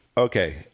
Okay